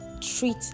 treat